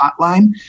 hotline